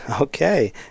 Okay